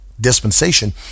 Dispensation